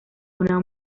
una